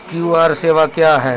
QR सेवा क्या हैं?